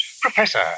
Professor